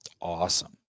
awesome